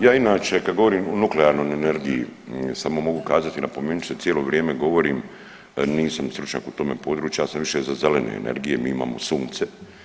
Ja inače kad govorim o nuklearnoj energiji samo mogu kazati i napomenuti što cijelo vrijeme govorim, nisam stručnjak u tome području, ja sam više za zelene energije, mi imamo sunce.